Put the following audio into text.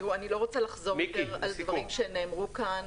אני לא רוצה לחזור יותר על דברים שנאמרו כאן.